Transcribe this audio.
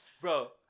Bro